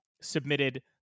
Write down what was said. submitted